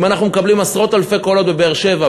אם אנחנו מקבלים עשרות אלפי קולות בבאר-שבע,